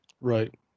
Right